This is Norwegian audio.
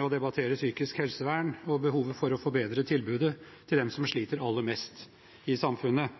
å debattere psykisk helsevern og behovet for å forbedre tilbudet til dem som sliter aller mest i samfunnet.